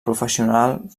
professional